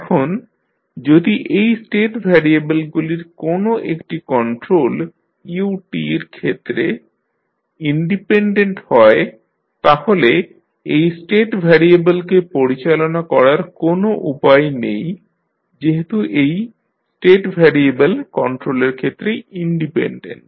এখন যদি এই স্টেট ভ্যারিয়েবলগুলির কোন একটি কন্ট্রোল u t র ক্ষেত্রে ইন্ডিপেন্ডেন্ট হয় তাহলে এই স্টেট ভ্যারিয়েবলকে পরিচালনা করার কোনো উপায় নেই যেহেতু এই স্টেট ভ্যারিয়েবল কন্ট্রোলের ক্ষেত্রে ইন্ডিপেন্ডেন্ট